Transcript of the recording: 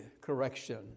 correction